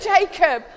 Jacob